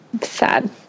Sad